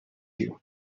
you